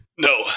No